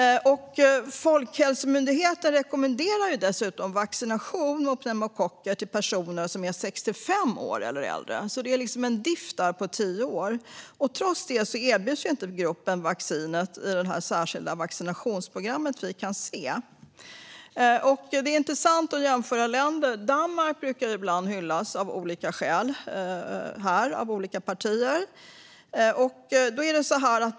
Folkhälsomyndigheten rekommenderar vaccination mot pneumokocker till personer som är 65 år och äldre. Så det är en diff där på tio år. Trots det erbjuds inte gruppen vaccinet i det särskilda vaccinationsprogrammet. Det är intressant att jämföra länder. Danmark brukar ibland hyllas här av olika skäl av olika partier.